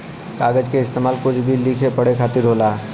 कागज के इस्तेमाल कुछ भी लिखे पढ़े खातिर होला